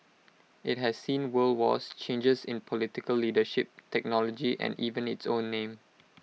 IT has seen world wars changes in political leadership technology and even its own name